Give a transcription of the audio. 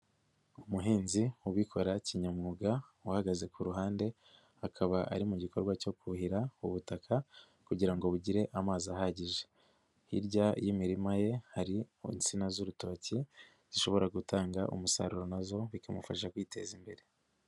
Umuhinzi ubikora kinyamwuga uhagaze ku ruhande, akaba ari mu gikorwa cyo kuhira ubutaka kugira ngo bugire amazi ahagije. Hirya y'imirima ye hari insina z'urutoki, zishobora gutanga umusaruro na zo bikamufasha kwiteza imbere.